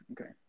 okay